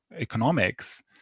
economics